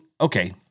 okay